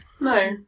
No